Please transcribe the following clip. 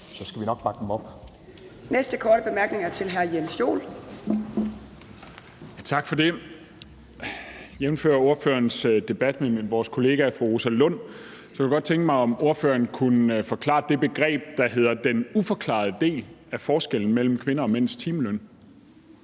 (Mai Mercado): Næste korte bemærkning er til hr. Jens Joel. Kl. 18:00 Jens Joel (S): Tak for det. Jævnfør ordførerens debat med vores kollega fru Rosa Lund, kunne jeg godt tænke mig, at ordføreren kunne forklare det begreb, der hedder den uforklarede del af forskellen mellem kvinder og mænds timeløn.